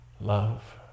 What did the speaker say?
love